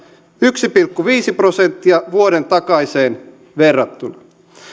yksi pilkku viisi prosenttia vuoden takaiseen verrattuna